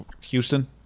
Houston